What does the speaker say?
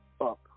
up